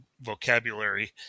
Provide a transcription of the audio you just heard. vocabulary